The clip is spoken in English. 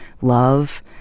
love